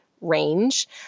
range